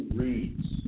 reads